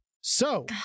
So-